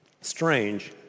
strange